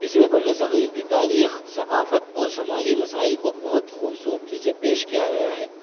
اسے بر صغیر کی تاریخ ثقافت اور سماجی مسائل کو بہت خوبصورتی سے پیش کیا گیا ہے